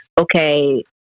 okay